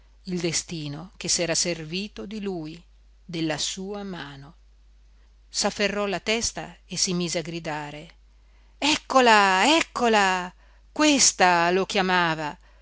il destino che s'era servito di lui della sua mano s'afferrò la testa e si mise a gridare eccola eccola questa lo chiamava